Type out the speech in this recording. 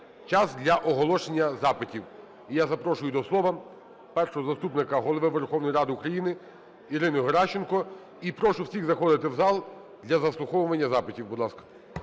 час для оголошення запитів. І я запрошую до слова Першого заступника Голови Верховної Ради України Ірину Геращенко. І прошу всіх заходити в зал для заслуховування запитів,